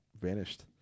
vanished